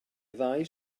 ddau